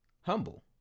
humble